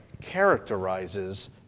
characterizes